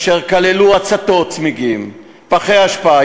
אשר כללו הצתות צמיגים ופחי אשפה,